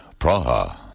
Praha